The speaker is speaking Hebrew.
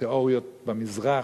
תיאוריות במזרח.